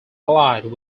allied